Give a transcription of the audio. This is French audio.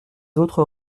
autres